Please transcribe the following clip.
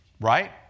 Right